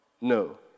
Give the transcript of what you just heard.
No